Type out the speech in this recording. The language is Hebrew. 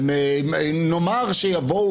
נאמר שיבואו